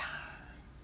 !aiya!